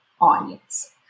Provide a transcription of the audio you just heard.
audience